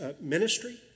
ministry